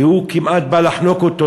והוא כמעט בא לחנוק אותה,